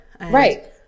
Right